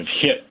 hit